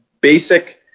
basic